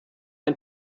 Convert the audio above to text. ein